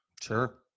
Sure